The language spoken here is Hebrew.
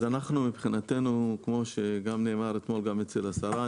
אז אנחנו מבחינתנו כמו שנאמר אתמול גם אצל השרה,